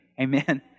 Amen